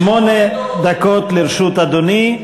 שמונה דקות לרשות אדוני.